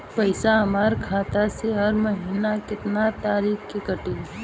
पैसा हमरा खाता से हर महीना केतना तारीक के कटी?